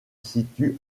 situe